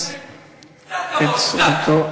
מסית.